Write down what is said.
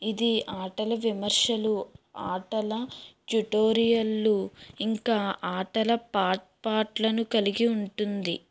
ఇది ఆటల విమర్శలు ఆటల ట్యుటోరియల్లు ఇంకా ఆటల పార్ట్ పార్ట్ లను కలిగి ఉంటుంది